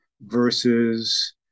versus